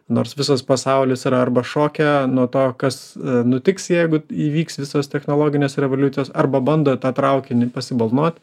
nors visas pasaulis yra arba šoke nuo to kas nutiks jeigu įvyks visos technologinės revoliucijos arba bando tą traukinį pasibalnot